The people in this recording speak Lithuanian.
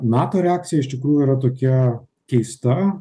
nato reakcija iš tikrųjų yra tokia keista